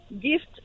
gift